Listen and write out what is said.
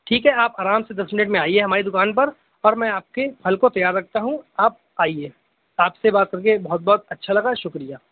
ٹھیک ہے آپ آرام سے دس منٹ میں آئیے ہماری دکان پر اور میں آپ کے پھل کو تیار رکھتا ہوں آپ آئیے آپ سے بات کر کے بہت بہت اچھا لگا شکریہ